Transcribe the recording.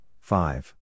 five